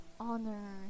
Honor